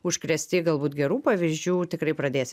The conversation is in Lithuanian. užkrėsti galbūt gerų pavyzdžių tikrai pradės